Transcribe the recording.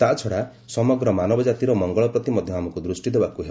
ତା'ଛଡ଼ା ସମଗ୍ର ମାନବଜାତିର ମଙ୍ଗଳ ପ୍ରତି ମଧ୍ୟ ଆମକୁ ଦୃଷ୍ଟି ଦେବାକୁ ହେବ